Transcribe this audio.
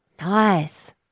Nice